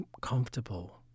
comfortable